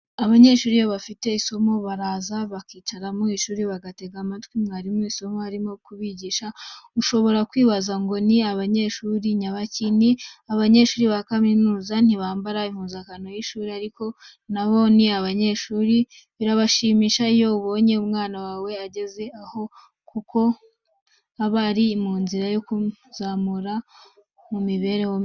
Abanyeshuri iyo bafite isomo, baraza bakicara mu ishuri bagatega amatwi mwarimu isomo arimo kubigisha, ushobora kwibaza ngo ni abanyeshuri nyabaki? Ni abanyeshuri ba kaminuza bo ntibambara impuzankano y'ishuri ariko na bo ni abanyeshuri. Birashimisha iyo ubonye umwana wawe ageze aha kuko aba ari mu nzira yo kukuzamura mu mibereho myiza.